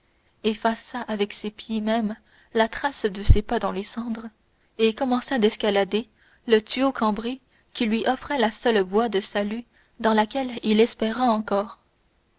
effaça avec ses pieds même la trace de ses pas dans les cendres et commença d'escalader le tuyau cambré qui lui offrait la seule voie de salut dans laquelle il espérât encore